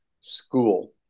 school